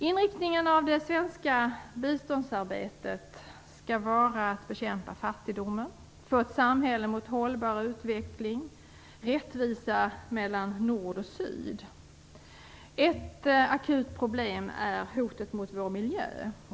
Inriktningen av det svenska biståndsarbetet skall vara att bekämpa fattigdomen, att få ett samhälle med en hållbar utveckling och rättvisa mellan nord och syd. Ett akut problem är hotet mot vår miljö.